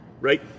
Right